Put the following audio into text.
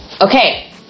Okay